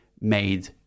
made